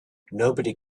nobody